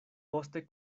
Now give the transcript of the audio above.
poste